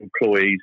employees